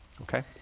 okay.